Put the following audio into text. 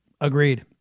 Agreed